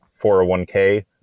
401k